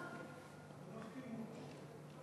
לא החתימו אותי.